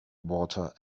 water